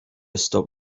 stop